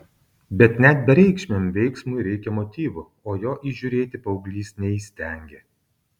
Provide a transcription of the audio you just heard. bet net bereikšmiam veiksmui reikia motyvo o jo įžiūrėti paauglys neįstengė